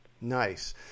Nice